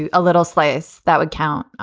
and a little slice that would count.